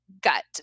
gut